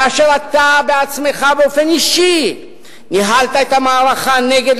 כאשר אתה בעצמך באופן אישי ניהלת את המערכה נגד